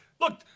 look